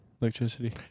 electricity